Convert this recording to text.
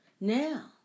Now